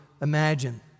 imagine